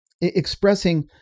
expressing